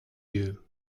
you